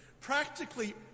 practically